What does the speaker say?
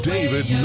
David